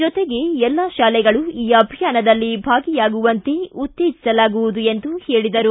ಜೊತೆಗೆ ಎಲ್ಲಾ ಶಾಲೆಗಳು ಈ ಅಭಿಯಾನದಲ್ಲಿ ಭಾಗಿಯಾಗುವಂತೆ ಉತ್ತೇಜಿಸಲಾಗುವುದು ಎಂದು ಹೇಳಿದರು